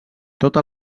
tota